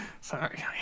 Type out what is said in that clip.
Sorry